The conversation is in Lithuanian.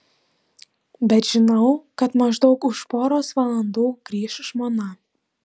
bet žinau kad maždaug už poros valandų grįš žmona